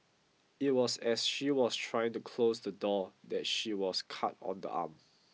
it was as she was trying to close the door that she was cut on the arm